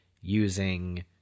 using